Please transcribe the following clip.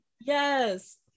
Yes